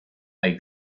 hay